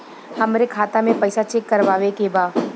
हमरे खाता मे पैसा चेक करवावे के बा?